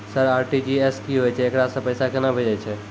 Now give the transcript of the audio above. Sir RTGS की होय छै, एकरा से पैसा केना भेजै छै?